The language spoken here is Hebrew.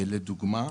לדוגמה,